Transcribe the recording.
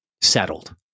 settled